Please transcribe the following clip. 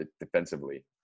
Defensively